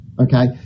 okay